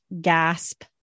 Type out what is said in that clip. gasp